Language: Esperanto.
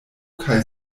kaj